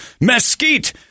mesquite